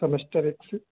semester एक से